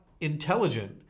intelligent